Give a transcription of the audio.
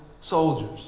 soldiers